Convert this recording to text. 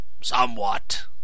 Somewhat